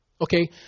Okay